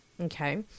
Okay